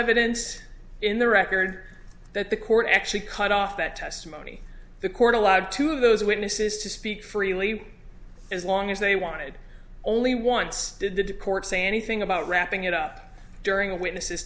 evidence in the record that the court actually cut off that testimony the court allowed two of those witnesses to speak freely as long as they wanted only once did the court say anything about wrapping it up during a witness